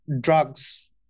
drugs